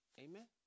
Amen